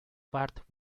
bart